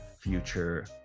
future